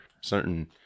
certain